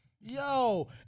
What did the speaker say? yo